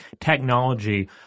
technology